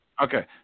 Okay